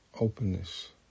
openness